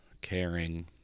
caring